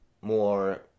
more